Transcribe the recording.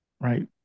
right